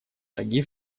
шаги